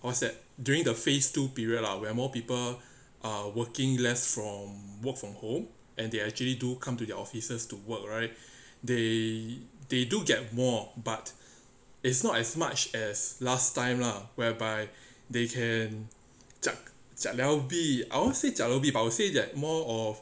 what's that during the phase two period lah where more people are working less from work from home and they actually do come to their offices to work right they they do get more but it's not as much as last time lah whereby they can jiat liao bi I won't say jiat liao bi but I would say that more of